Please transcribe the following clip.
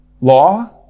law